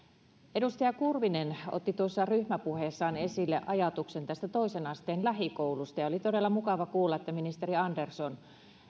edustaja kurvinen otti tuossa ryhmäpuheessaan esille ajatuksen tästä toisen asteen lähikoulusta ja oli todella mukava kuulla että ministeri andersson